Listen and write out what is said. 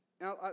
Now